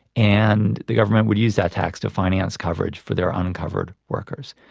and the government would use that tax to finance coverage for their uncovered workers.